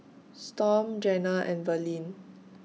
Storm Jena and Verlene